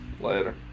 Later